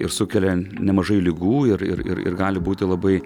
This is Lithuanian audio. ir sukelia nemažai ligų ir ir ir gali būti labai